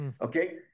okay